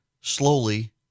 slowly